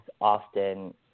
often